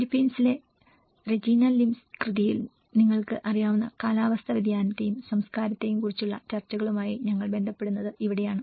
ഫിലിപ്പീൻസിലെ Regina Lims കൃതിയിൽ നിങ്ങൾക്ക് അറിയാവുന്ന കാലാവസ്ഥാ വ്യതിയാനത്തെയും സംസ്കാരത്തെയും കുറിച്ചുള്ള ചർച്ചകളുമായി ഞങ്ങൾ ബന്ധപ്പെടുന്നത് ഇവിടെയാണ്